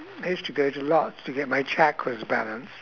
I used to go to a lot to get my chakras balanced